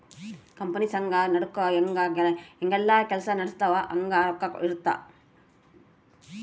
company ಸಂಘ ನಡುಕ ಹೆಂಗ ಯೆಲ್ಲ ಕೆಲ್ಸ ನಡಿತವ ಹಂಗ ರೊಕ್ಕ ಇರುತ್ತ